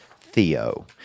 Theo